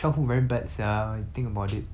like !wah! 很 sad lor 就是 like